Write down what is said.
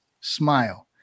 smile